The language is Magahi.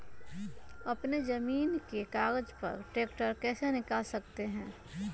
अपने जमीन के कागज पर ट्रैक्टर कैसे निकाल सकते है?